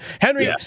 Henry